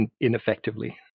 ineffectively